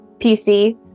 PC